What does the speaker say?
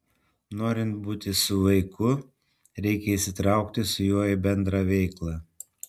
norint būti su vaiku reikia įsitraukti su juo į bendrą veiklą